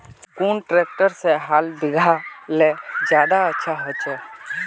कुन ट्रैक्टर से हाल बिगहा ले ज्यादा अच्छा होचए?